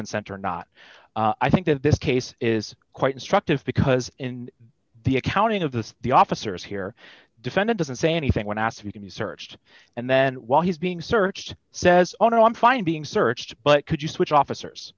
consent or not i think that this case is quite instructive because in the accounting of the the officers here defendant doesn't say anything when asked if you can be searched and then while he's being searched says oh no i'm fine being searched but could you switch officers